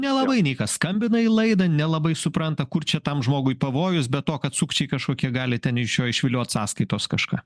nelabai nei kas skambina į laidą nelabai supranta kur čia tam žmogui pavojus be to kad sukčiai kažkokie gali ten iš jo išviliot sąskaitos kažką